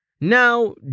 Now